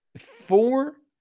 Four